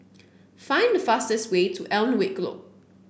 find the fastest way to Alnwick Road